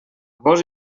gos